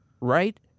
right